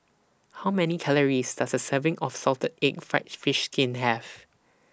How Many Calories Does A Serving of Salted Egg Fried Fish Skin Have